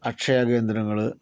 അക്ഷയാ കേന്ദ്രങ്ങള്